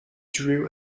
drew